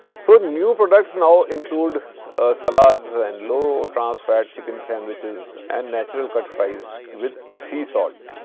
so, new products now include a salads and low trans fat chicken sandwiches and natural cut fries with sea salt.